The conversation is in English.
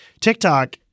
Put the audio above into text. TikTok